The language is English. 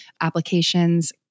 applications